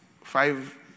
five